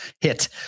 hit